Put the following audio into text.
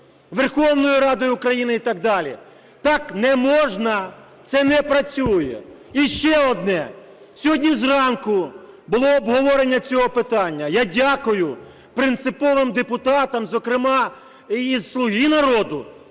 Верховною Радою України і так далі. Так не можна. Це не працює. І ще одне. Сьогодні зранку було обговорення цього питання. Я дякую принциповим депутатам, зокрема і із "Слуги народу",